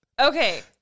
Okay